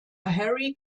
harry